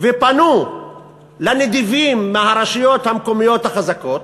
ופנו לנדיבים מהרשויות המקומיות החזקות,